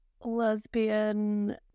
lesbian